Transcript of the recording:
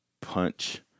punch